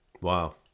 Wow